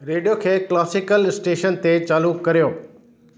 radio खे classical station ते चालू करियो